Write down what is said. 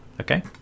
okay